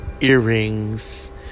earrings